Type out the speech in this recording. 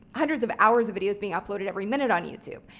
hundreds of hours of videos being uploaded every minute on youtube.